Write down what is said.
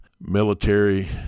military